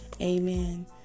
amen